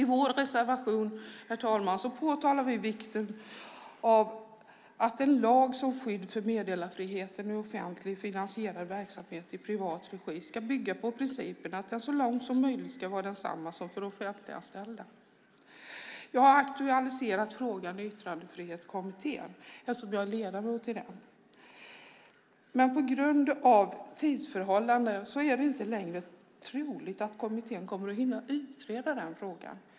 I vår reservation, herr talman, påtalar vi vikten av att en lag som skydd för meddelarfriheten i offentligfinansierad verksamhet i privat regi ska bygga på principen att den så långt som möjligt ska vara densamma som för offentliganställda. Jag har aktualiserat frågan i Yttrandefrihetskommittén eftersom jag är ledamot i den, men på grund av tidsförhållandena är det inte längre troligt att kommittén kommer att hinna utreda frågan.